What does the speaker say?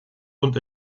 und